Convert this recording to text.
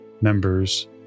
members